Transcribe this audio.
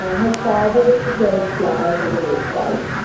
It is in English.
her father sells flowers on the roadside.